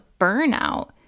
burnout